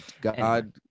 God